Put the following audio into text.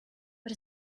but